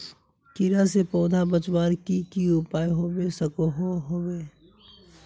कीड़ा से पौधा बचवार की की उपाय होबे सकोहो होबे?